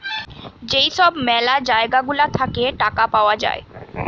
যেই সব ম্যালা জায়গা গুলা থাকে টাকা পাওয়া যায়